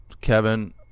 Kevin